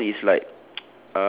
and the ball is like